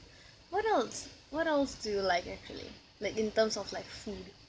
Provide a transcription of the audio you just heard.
what else what else do you like actually like in terms of like food